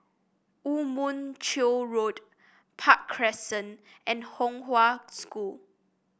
Woo Mon Chew Road Park Crescent and Kong Hwa School